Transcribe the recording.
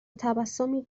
تبسمی